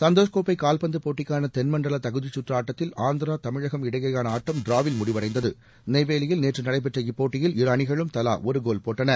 சந்தோஷ் கோப்பை கால்பந்து போட்டிக்கான தென்மண்டல தகுதிச்சுற்று ஆட்டத்தில் ஆந்திரா தமிழக இடையேயான ஆட்டம் டிராவில் முடிவடைந்தது நெய்வேலியில் நேற்று நடைபெற்ற இப்போட்டியில் இரு அணிகளும் தவா ஒரு கோல் போட்டன